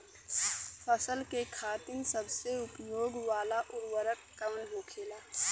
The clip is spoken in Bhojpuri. फसल के खातिन सबसे उपयोग वाला उर्वरक कवन होखेला?